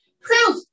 Proof